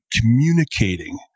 communicating